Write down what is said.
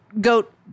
goat